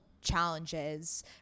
challenges